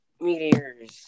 Meteors